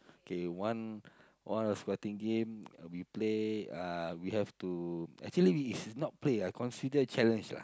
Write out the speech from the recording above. K one one of squatting game we play uh we have to actually we is not play ah consider challenge lah